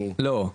לא,